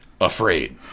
Afraid